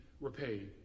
repaid